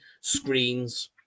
screens